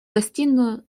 гостиную